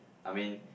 I mean